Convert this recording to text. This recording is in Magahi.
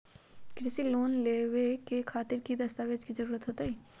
कृषि लोन लेबे खातिर की की दस्तावेज के जरूरत होतई?